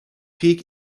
peak